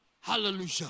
Hallelujah